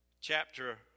chapter